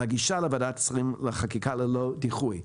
להגישה לוועדת השרים לחקיקה ללא דיחוי.